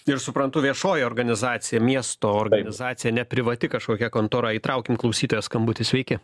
ir suprantu viešoji organizacija miesto organizacija ne privati kažkokia kontora įtraukim klausytojo skambutį sveiki